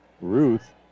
Ruth